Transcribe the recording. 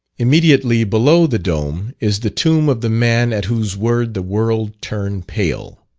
immediately below the dome is the tomb of the man at whose word the world turned pale.